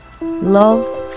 love